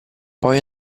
poi